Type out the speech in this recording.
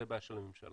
זו הבעיה של הממשלה.